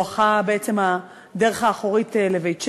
בעצם הדרך האחורית בואכה בית-שמש.